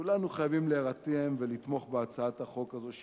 כולנו חייבים להירתם ולתמוך בהצעת החוק הזו,